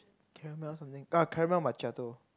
caramel something ah caramel macchiato